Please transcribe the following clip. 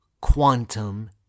quantum